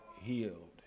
healed